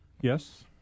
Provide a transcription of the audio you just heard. Yes